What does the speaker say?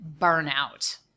burnout